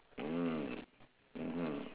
mm mmhmm